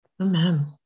Amen